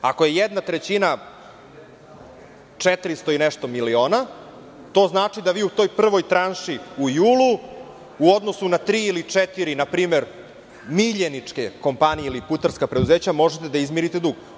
Ako je jedna trećina četiristo i nešto miliona, to znači da vi u toj prvoj tranši u julu, u odnosu na tri ili četiri npr. miljeničke kompanije ili putarska preduzeća, možete da izmirite dug.